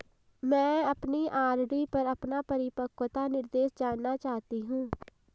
मैं अपनी आर.डी पर अपना परिपक्वता निर्देश जानना चाहती हूँ